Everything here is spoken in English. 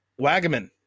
Wagaman